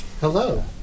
Hello